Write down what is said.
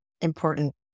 important